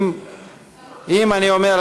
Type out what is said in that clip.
אני אומר,